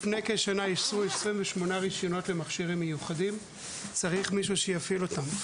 לפני כשנה הוצאו 28 מכשירים מיוחדים שצריך מישהו שיפעיל אותם.